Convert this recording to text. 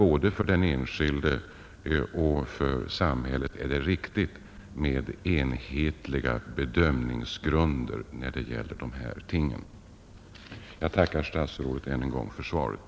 Både för den enskilde och för samhället är det viktigt med enhetliga bedömningsgrunder när det gäller dessa ting. Jag tackar än en gång statsrådet för svaret.